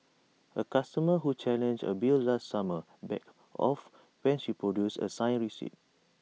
A customer who challenged A bill last summer backed off when she produced A signed receipt